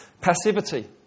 Passivity